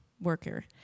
worker